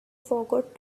forgot